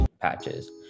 patches